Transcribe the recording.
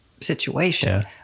situation